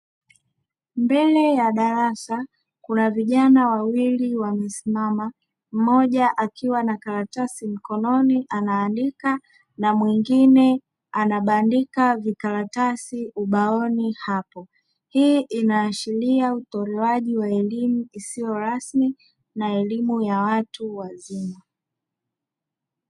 Mbele ya darasa kuna vijana wawili wamesimama, mmoja akiwa na karatasi mkononi anaandika na mwingine anabandika vikaratasi ubaoni hapo hii inaashiria utolewaji wa elimu isiyo na ya watu wazima.